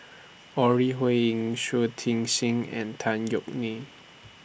Ore Huiying Shui Tit Sing and Tan Yeok Nee